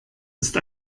ist